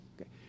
okay